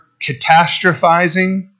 catastrophizing